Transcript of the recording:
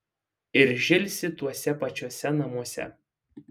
ir žilsi tuose pačiuose namuose